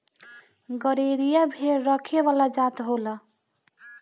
गरेरिया भेड़ रखे वाला जात होला